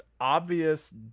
obvious